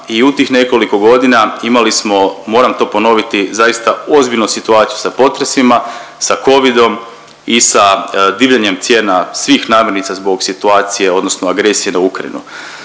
i u tih nekoliko godina imali smo, moram to ponoviti, zaista ozbiljnu situaciju sa potresima, sa Covidom i sa divljanjem cijena svih namirnica zbog situacije odnosno agresije na Ukrajinu